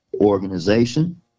organization